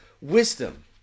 wisdom